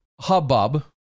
hubbub